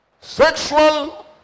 Sexual